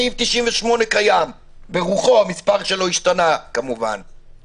סעיף 98 קיים ברוחו המספר שלו השתנה כמובן,